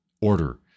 order